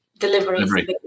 Delivery